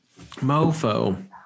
mofo